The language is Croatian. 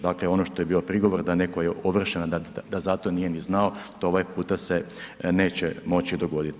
Dakle ono što je bio prigovor da neko je ovršen a da zato nije ni znao, to ovaj put se neće moći dogoditi.